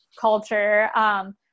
culture